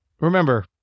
Remember